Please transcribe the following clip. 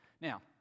Now